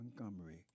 Montgomery